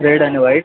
red आणि white